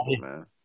man